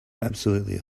absolutely